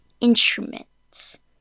instruments